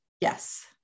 yes